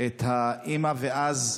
את האימא ואז,